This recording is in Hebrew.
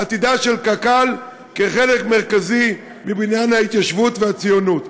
עתידה של קק"ל כחלק מרכזי בבניין ההתיישבות והציונות.